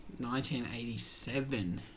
1987